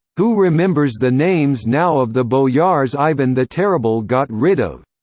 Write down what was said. who remembers the names now of the boyars ivan the terrible got rid of?